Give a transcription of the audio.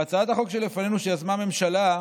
בהצעת החוק שלפנינו, שיזמה הממשלה,